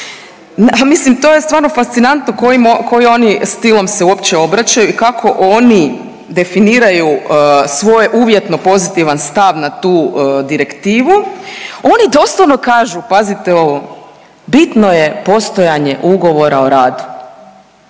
a mislim to je stvarno fascinantno koji oni stilom se uopće obraćaju i kako oni definiraju svoje uvjetno pozitivan stav na tu direktivu. Oni doslovno kažu, pazite ovo, bitno je postojanje ugovora o radu.